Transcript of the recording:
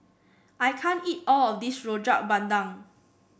I can't eat all of this Rojak Bandung